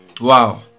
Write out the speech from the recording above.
wow